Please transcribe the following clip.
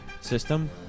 system